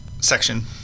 section